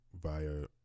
via